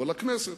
אבל לכנסת,